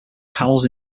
panels